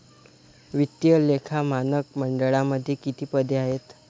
वित्तीय लेखा मानक मंडळामध्ये किती पदे आहेत?